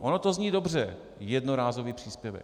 Ono to zní dobře jednorázový příspěvek.